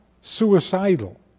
suicidal